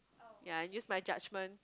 ya and use my judgement